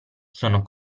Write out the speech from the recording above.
sono